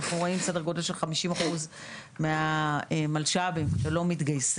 אנחנו רואים סדר גודל של 50% מהמלש"בים שלא מתגייסים.